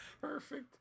perfect